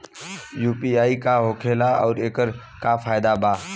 UPI का होखेला आउर एकर का फायदा बा?